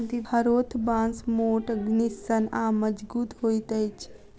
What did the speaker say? हरोथ बाँस मोट, निस्सन आ मजगुत होइत अछि